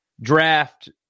draft